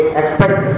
expect